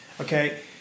Okay